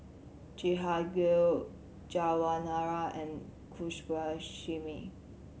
Jehangirr Jawaharlal and Subbulakshmi